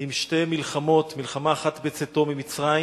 עם שתי מלחמות: מלחמה אחת בצאתו ממצרים